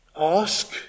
ask